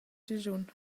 grischun